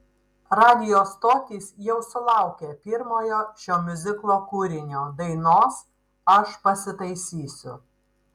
radijo stotys jau sulaukė pirmojo šio miuziklo kūrinio dainos aš pasitaisysiu